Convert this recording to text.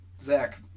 Zach